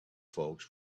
folks